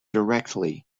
directly